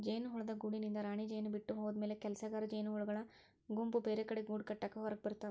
ಜೇನುಹುಳದ ಗೂಡಿನಿಂದ ರಾಣಿಜೇನು ಬಿಟ್ಟ ಹೋದಮ್ಯಾಲೆ ಕೆಲಸಗಾರ ಜೇನಹುಳಗಳ ಗುಂಪು ಬೇರೆಕಡೆ ಗೂಡಕಟ್ಟಾಕ ಹೊರಗಬರ್ತಾವ